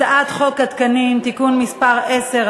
הצעת חוק התקנים (תיקון מס' 10),